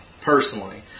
personally